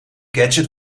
gadget